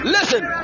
Listen